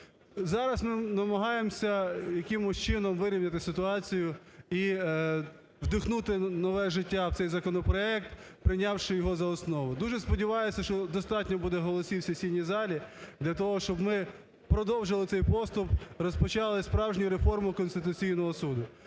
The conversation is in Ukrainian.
Зараз ми намагаємося якимось чином вирівняти ситуацію і вдихнути нове життя в цей законопроект, прийнявши його за основу. Дуже сподіваюся, що достатньо буде голосів в сесійній залі для того, щоб ми продовжили цей поступ, розпочали справжні реформи Конституційного Суду.